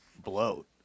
Bloat